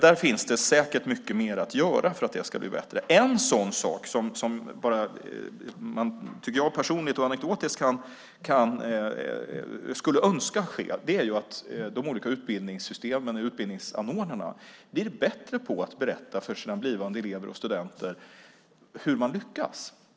Där finns det säkert mycket mer att göra för att det ska bli bättre. En sådan sak som jag personligen och anekdotiskt skulle önska kunde ske är att de olika utbildningsanordnarna blir bättre på att berätta för sina blivande elever och studenter hur de ska lyckas.